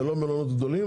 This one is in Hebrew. זה לא מלונות גדולים,